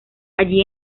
allí